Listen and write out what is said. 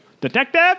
Detective